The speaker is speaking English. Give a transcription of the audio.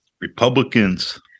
Republicans